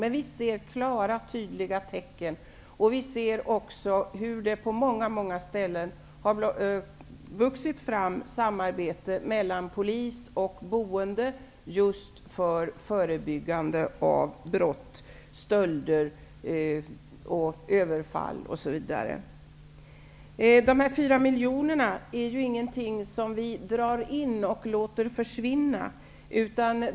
Men vi ser klara, tydliga tecken, och vi ser hur det på många ställen har vuxit fram ett samarbete mellan polis och boende just för förebyggande av brott, stölder, överfall osv. De 4 miljoner kronorna är inte en summa pengar som dras in och försvinner.